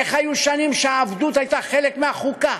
איך היו שנים שהעבדות הייתה חלק מהחוקה,